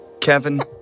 Kevin